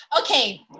Okay